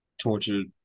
Tortured